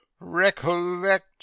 Recollect